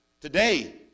Today